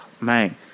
man